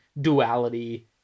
duality